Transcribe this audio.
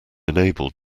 enable